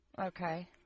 Okay